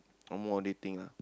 more on dating lah